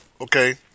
okay